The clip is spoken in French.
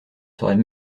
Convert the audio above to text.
saurais